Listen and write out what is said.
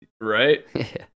Right